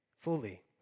fully